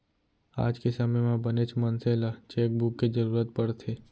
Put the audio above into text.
आज के समे म बनेच मनसे ल चेकबूक के जरूरत परथे